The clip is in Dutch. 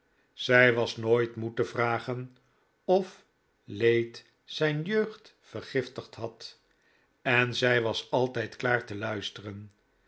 zij was nooit moe te vragen of leed zijn jeugd vergiftigd had en zij was altijd klaar te luisteren